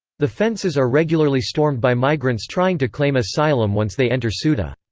the fences are regularly stormed by migrants trying to claim asylum once they enter so ceuta.